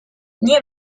nie